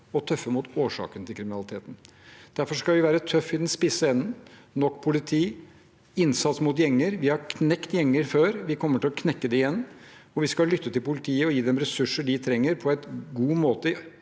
og tøffe mot årsaken til kriminaliteten. Derfor skal vi være tøffe i den spisse enden, med nok politi og innsats mot gjenger. Vi har knekt gjenger før, og vi kommer til å knekke dem igjen. Vi skal lytte til politiet og gi dem ressursene de trenger til å